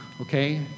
okay